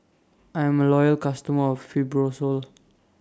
I'm A Loyal customer of Fibrosol